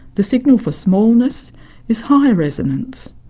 the signal for smallness is high resonance.